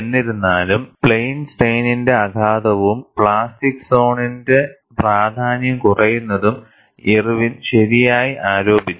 എന്നിരുന്നാലും പ്ലെയിൻ സ്ട്രെയിനിന്റെ ആഘാതവും പ്ലാസ്റ്റിക് സോണിന്റെ പ്രാധാന്യം കുറയുന്നതും ഇർവിൻ ശരിയായി ആരോപിച്ചു